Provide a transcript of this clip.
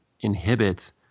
inhibit